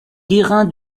guérin